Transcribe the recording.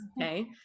okay